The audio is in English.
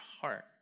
heart